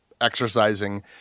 exercising